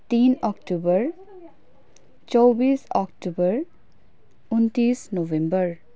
तीन अक्टुबर चौबिस अक्टुबर उन्तिस नोभेम्बर